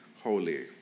holy